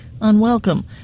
unwelcome